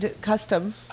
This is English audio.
custom